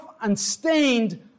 unstained